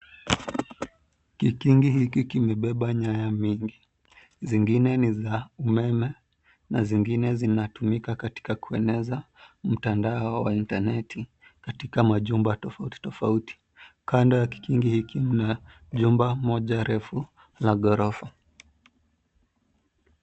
Kikingi hiki kimebeba nyaya nyingi. Zingine ni za umeme na zingine ni zinatumika katika kueneza mtandao wa internet katika majumba tofauti tofauti. Kando ya kikingi hiki kuna jumba moja refu la ghorofa.